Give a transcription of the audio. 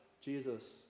Jesus